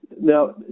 Now